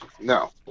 No